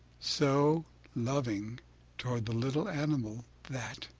so loving toward the little animal that,